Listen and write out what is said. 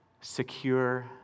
secure